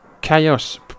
Chaos